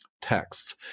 texts